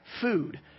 food